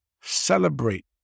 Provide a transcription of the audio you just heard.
Celebrate